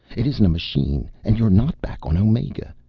it isn't a machine, and you are not back on omega.